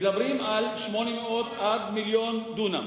מדברים על 800,000 עד מיליון דונם.